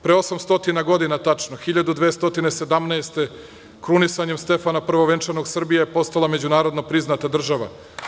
Pre osamsto godina tačno, 1217. godine, krunisanjem Stefana Prvovenčanog, Srbija je postala međunarodno priznata država.